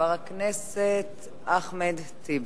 חבר הכנסת אחמד טיבי,